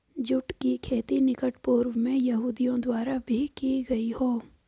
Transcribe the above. जुट की खेती निकट पूर्व में यहूदियों द्वारा भी की गई हो